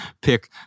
pick